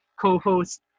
co-host